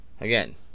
Again